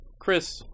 Chris